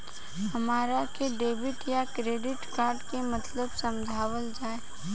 हमरा के डेबिट या क्रेडिट कार्ड के मतलब समझावल जाय?